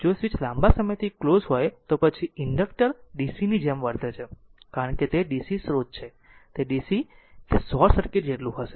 જો સ્વીચ લાંબા સમયથી ક્લોઝ હોય તો પછી આ ઇન્ડક્ટર DC ની જેમ વર્તે છે કારણ કે તે DC સ્ત્રોત છે તે શોર્ટ સર્કિટ જેટલું હશે